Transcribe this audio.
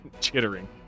chittering